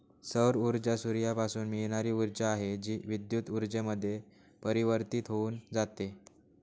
सौर ऊर्जा सूर्यापासून मिळणारी ऊर्जा आहे, जी विद्युत ऊर्जेमध्ये परिवर्तित होऊन जाते